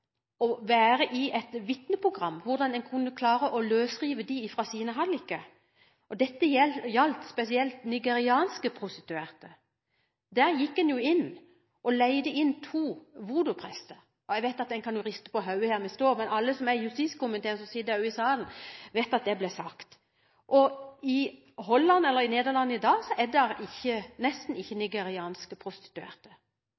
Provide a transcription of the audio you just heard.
å være i et vitneprogram, og om hvordan en kunne klare å løsrive jentene fra sine halliker. Dette gjaldt spesielt nigerianske prostituerte. Der gikk en inn og leide inn to voodoo-prester. Jeg vet at vi kan riste på hodet her vi står, men alle i justiskomiteen som sitter her i salen, vet at det ble sagt. I Holland – eller Nederland i dag – er det nesten ikke